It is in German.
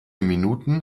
minuten